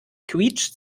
quietscht